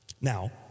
Now